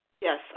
Yes